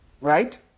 Right